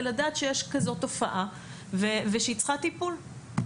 ולדעת שיש כזו תופעה ושהיא צריכה טיפול.